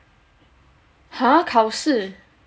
!huh! 考试